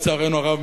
לצערנו הרב,